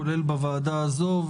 כולל בוועדה הזו.